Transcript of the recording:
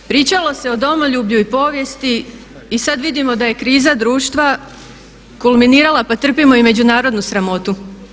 Pričalo se o domoljublju i povijesti i sada vidimo da je kriza društva kulminirala pa trpimo i međunarodnu sramotu.